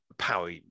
power